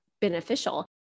beneficial